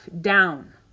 down